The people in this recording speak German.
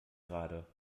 gerade